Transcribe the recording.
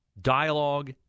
dialogue